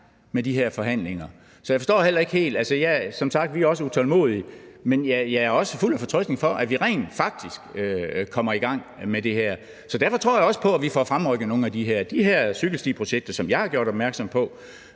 med de her forhandlinger. Som sagt er vi også utålmodige, men jeg er også fuld af fortrøstning for, at vi rent faktisk kommer i gang med det her. Derfor tror jeg også på, at vi får fremrykket nogle af de her cykelstiprojekter, som jeg har gjort opmærksom på.